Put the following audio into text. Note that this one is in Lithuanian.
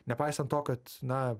nepaisant to kad na